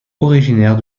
originaire